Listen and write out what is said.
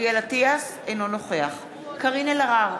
אינו נוכח קארין אלהרר,